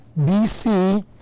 BC